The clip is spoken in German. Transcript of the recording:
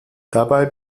dabei